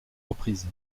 reprises